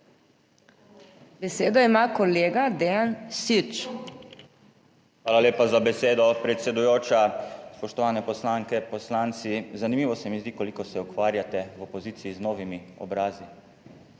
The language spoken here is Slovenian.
SŰČ (PS Svoboda):** Hvala lepa za besedo predsedujoča. Spoštovane poslanke, poslanci! Zanimivo se mi zdi koliko se ukvarjate v opoziciji z novimi obrazi.